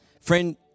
Friend